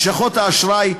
לשכות האשראי,